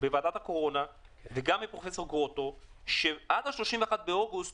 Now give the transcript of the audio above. בוועדת הקורונה וגם מפרופ' גרוטו שעד ה-31 באוגוסט